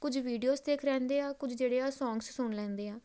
ਕੁਝ ਵੀਡੀਓ ਦੇਖ ਰਹਿੰਦੇ ਆ ਕੁਝ ਜਿਹੜੇ ਆ ਸੌਂਗਸ ਸੁਣ ਲੈਂਦੇ ਆ